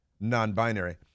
non-binary